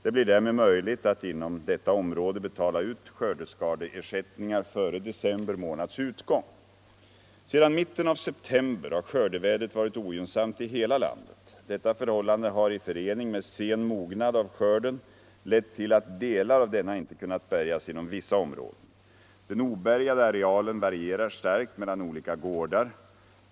Det blir därmed möjligt att inom detta område betala ut skördeskadeersättningar före december månads utgång. Sedan mitten av september har skördevädret varit ogynnsamt i hela landet. Detta förhållande har i förening med sen mognad av skörden lett till att delar av denna inte kunnat bärgas inom vissa områden. Den obärgade arealen varierar starkt mellan olika gårdar.